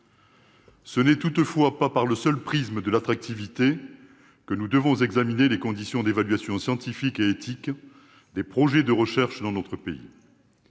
Ce n'est toutefois pas par le seul prisme de l'attractivité que nous devons examiner les conditions d'évaluation scientifique et éthique des projets de recherche dans notre pays.